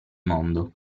mondo